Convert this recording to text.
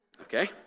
Okay